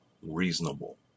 Reasonable